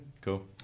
Cool